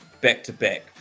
back-to-back